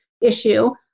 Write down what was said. issue